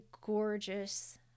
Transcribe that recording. gorgeous